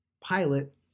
pilot